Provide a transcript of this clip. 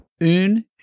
Un